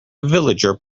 villager